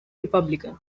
republican